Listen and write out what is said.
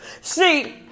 See